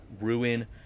ruin